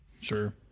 Sure